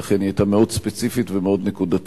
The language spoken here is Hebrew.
ולכן היא היתה מאוד ספציפית ומאוד נקודתית,